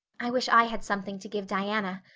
i wish i had something to give diana.